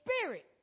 spirit